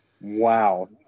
wow